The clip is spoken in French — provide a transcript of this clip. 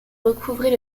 recouvrait